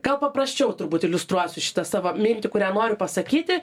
gal paprasčiau turbūt iliustruosiu šitą savo mintį kurią noriu pasakyti